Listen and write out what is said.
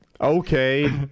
Okay